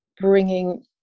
bringing